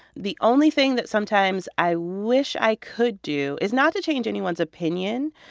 the only thing that sometimes i wish i could do is not to change anyone's opinion,